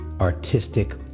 artistic